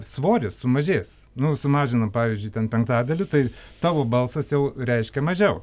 svoris sumažės nu sumažinam pavyzdžiui ten penktadaliu tai tavo balsas jau reiškia mažiau